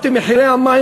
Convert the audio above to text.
מחירי המים,